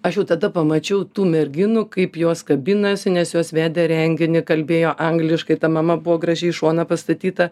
aš jau tada pamačiau tų merginų kaip jos kabinasi nes jos vedė renginį kalbėjo angliškai ta mama buvo gražiai į šoną pastatyta